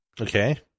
Okay